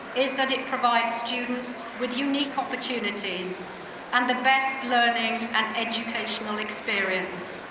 is that it provides students with unique opportunities and the best learning and educational experience.